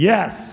Yes